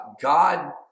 God